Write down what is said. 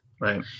right